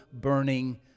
burning